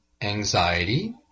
anxiety